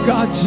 God